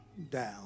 down